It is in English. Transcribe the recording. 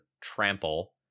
Trample